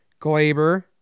Glaber